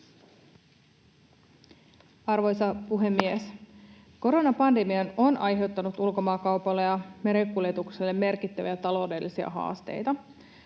Arvoisa puhemies! Koronapandemia on aiheuttanut ulkomaankaupalle ja merikuljetuksille merkittäviä taloudellisia haasteita.